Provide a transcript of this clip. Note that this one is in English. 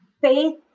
faith